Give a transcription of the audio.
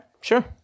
sure